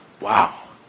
Wow